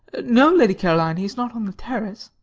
no, lady caroline, he is not on the terrace.